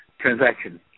transaction